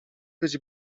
być